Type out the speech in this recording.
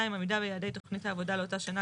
2. עמידה ביעדי תכנית העבודה לאותה שנה,